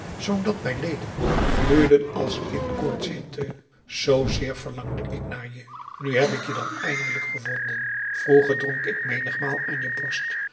zoodat mijn leden gloeiden als in koortshitte zo zeer verlangde ik naar je nu heb ik je dan eindelijk gevonden vroeger dronk ik menigmaal aan je borst